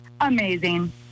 Amazing